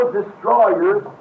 destroyers